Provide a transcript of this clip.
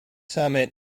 summit